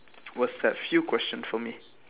what's that few question for me